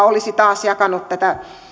olisi taas jakanut tätä